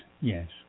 yes